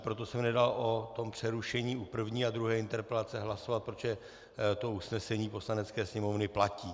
Proto jsem nedal o přerušení u první a druhé interpelace hlasovat, protože usnesení Poslanecké sněmovny platí.